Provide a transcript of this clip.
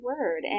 word